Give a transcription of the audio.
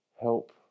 help